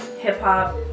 hip-hop